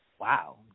wow